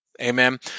Amen